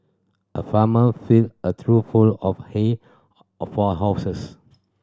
a farmer filled a trough full of hay for a horses